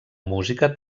música